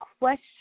question